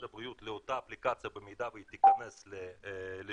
הבריאות לאותה אפליקציה במידה שהיא תיכנס לשימוש,